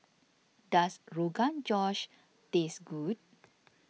does Rogan Josh taste good